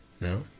No